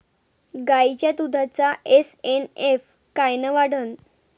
गायीच्या दुधाचा एस.एन.एफ कायनं वाढन?